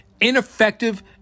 ineffective